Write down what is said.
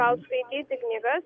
gal skaityti knygas